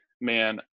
man